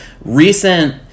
Recent